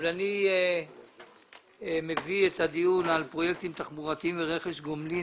אבל אני מביא את הדיון על פרויקטים תחבורתיים ורכש גומלין,